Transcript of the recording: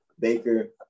Baker